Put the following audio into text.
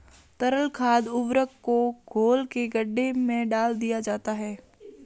तरल खाद उर्वरक को घोल के गड्ढे में डाल दिया जाता है